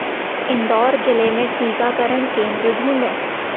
इंदौर जिले में टीकाकरण केंद्र ढूँढें